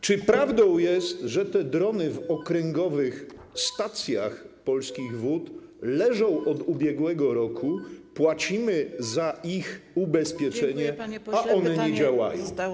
Czy prawdą jest, że te drony w okręgowych stacjach Wód Polskich leżą od ubiegłego roku, płacimy za ich ubezpieczenie, a one nie działają?